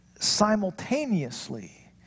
simultaneously